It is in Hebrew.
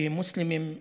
כמוסלמים,